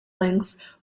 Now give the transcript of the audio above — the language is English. links